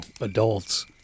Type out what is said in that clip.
adults